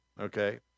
okay